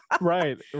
right